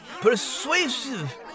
Persuasive